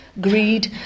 greed